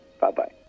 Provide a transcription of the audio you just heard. Bye-bye